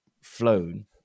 flown